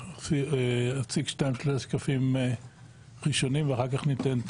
אני אציג 2-3 שקפים ראשונים ואחר כך ניתן את